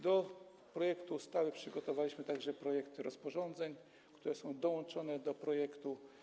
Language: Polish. Do projektu ustawy przygotowaliśmy także projekty rozporządzeń, które są dołączone do projektu.